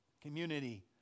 community